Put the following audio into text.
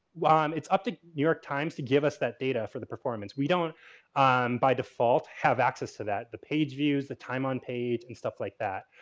well, um it's up to new york times to give us that data for the performance. we don't by default have access to that, the page views, the time on page, and stuff like that.